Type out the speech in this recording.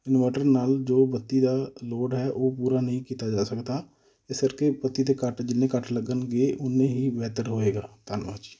inverter ਨਾਲ ਜੋ ਬੱਤੀ ਦਾ ਲੋਡ ਹੈ ਉਹ ਪੂਰਾ ਨਹੀਂ ਕੀਤਾ ਜਾ ਸਕਦਾ ਇਸ ਕਰਕੇ ਬੱਤੀ ਦੇ ਕੱਟ ਜਿੰਨੇ ਘੱਟ ਲੱਗਣਗੇ ਉਨੇ ਹੀ ਬੇਹਤਰ ਹੋਏਗਾ ਧੰਨਵਾਦ ਜੀ